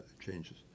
changes